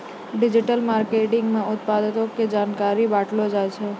digital marketing मे उत्पादो के जानकारी बांटलो जाय छै